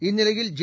இந்நிலையில் ஜே